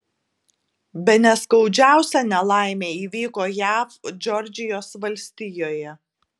bene skaudžiausia nelaimė įvyko jav džordžijos valstijoje